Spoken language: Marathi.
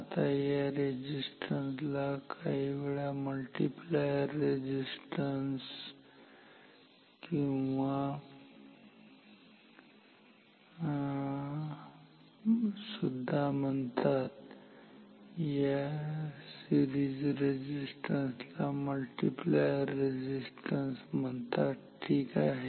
आता या रेझिस्टन्स ला काही वेळा मल्टिप्लायर रेझिस्टन्स सुद्धा म्हणतात या सिरीज रेझिस्टन्स ला मल्टिप्लायर रेझिस्टन्स म्हणतात ठीक आहे